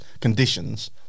conditions